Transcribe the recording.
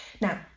Now